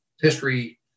history